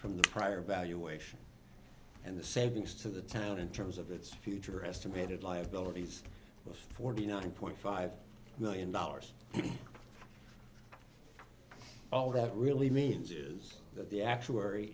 from the prior bad you ation and the savings to the town in terms of its future estimated liabilities of forty nine point five million dollars all that really means is that the actuary